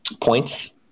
points